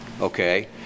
okay